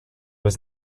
was